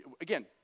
again